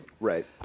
Right